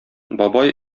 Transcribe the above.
бабай